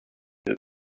that